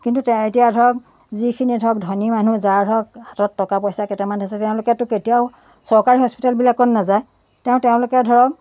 কিন্তু তেওঁ এতিয়া ধৰক যিখিনি ধৰক ধনী মানুহ যাৰ ধৰক হাতত টকা পইচা কেইটামান আছে তেওঁলোকেতো কেতিয়াও চৰকাৰী হস্পিতেলবিলাকত নাযায় তেওঁ তেওঁলোকে ধৰক